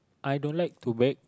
I don't like to bake